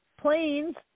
Planes